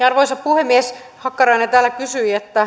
arvoisa puhemies hakkarainen täällä kysyi